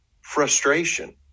frustration